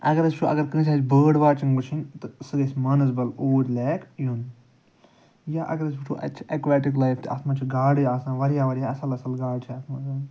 اَگر أسۍ وُچھُو اَگر کانٛسہِ آسہِ بٲرڈ واچِنٛگ وُچھِنۍ تہٕ سُہ گژھہِ مانَسبَل اوٗرۍ لیک یُن یا اَگر أسۍ وُچھُو اَتہِ چھِ ایٚکویٹِک لایِف تہِ اَتھ منٛز چھِ گاڈٕ آسان واریاہ واریاہ اصٕل اصٕل گاڈٕ چھِ اَتھ منٛز